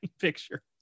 picture